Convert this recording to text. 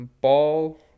ball